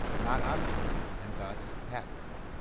not obvious, and thus patentable.